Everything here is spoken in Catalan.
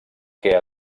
que